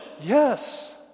Yes